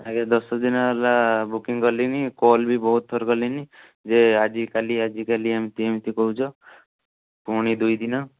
ଆଜ୍ଞା ଦଶଦିନ ହେଲା ବୁକିଂ କଲିଣି କଲ୍ ବି ବହୁତ ଥର କଲିଣି ଯେ ଆଜି କାଲି ଆଜି କାଲି ଏମିତି ଏମିତି କହୁଛ ପୁଣି ଦୁଇଦିନ